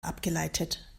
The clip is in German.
abgeleitet